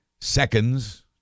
seconds